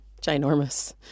Ginormous